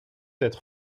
être